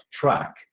track